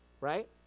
right